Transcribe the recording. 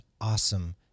awesome